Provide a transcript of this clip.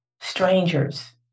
strangers